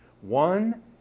one